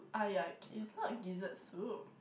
ah ya gi~ it's not gizzard soup